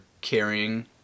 carrying